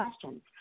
questions